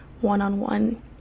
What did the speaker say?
one-on-one